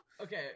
Okay